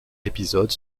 épisode